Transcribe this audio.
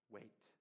Wait